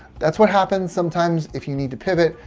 that's what happens. sometimes, if you need to pivot,